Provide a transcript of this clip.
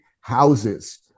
houses